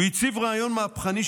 הוא הציב רעיון מהפכני,